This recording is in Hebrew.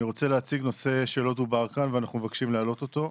אני רוצה להציג נושא שלא דובר כאן ואנחנו מבקשים להעלות אותו.